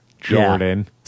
Jordan